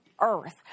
earth